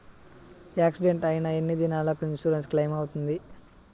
Accident అయిన ఎన్ని దినాలకు ఇన్సూరెన్సు క్లెయిమ్ అవుతుంది?